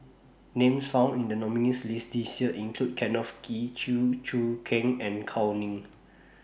Names found in The nominees' list This Year include Kenneth Kee Chew Choo Keng and Gao Ning